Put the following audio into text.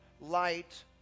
Light